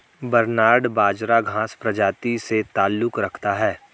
barnyard बाजरा घांस प्रजाति से ताल्लुक रखता है